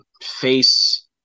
face